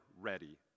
ready